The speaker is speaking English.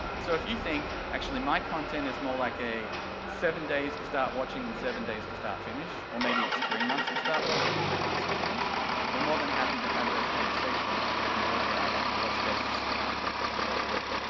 so if you think, actually my content is more like a seven days to start watching and seven days to start finish, or maybe it's three months to start watching and three months to finish, we're more than happy to have those conversations and work out what's best overall.